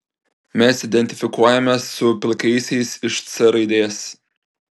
mes identifikuojamės su pilkaisiais iš c raidės